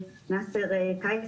נאסר קייס,